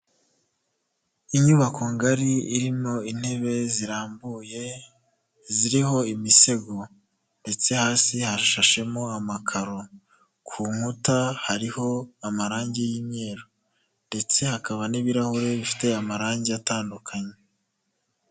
Inyubako ngari irimo intebe zirambuye ziriho imisego ,ndetse hasi hashashemo amakaro ku nkuta hariho amarangi y'imyeru, ndetse hakaba n'ibirahure bifite amarangi atandukanye.